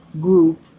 group